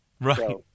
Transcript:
Right